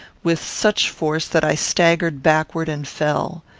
with such force that i staggered backward and fell.